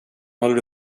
håller